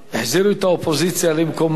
החזירו את האופוזיציה למקומה.